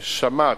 שמ"ט,